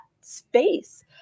space